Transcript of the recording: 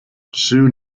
soon